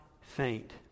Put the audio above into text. faint